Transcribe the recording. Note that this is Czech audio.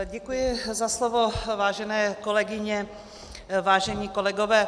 Děkuji za slovo, vážené kolegyně, vážení kolegové.